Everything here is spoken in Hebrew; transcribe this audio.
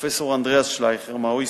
פרופסור אנדריאס שלייכר מה-OECD.